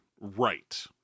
right